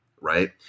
Right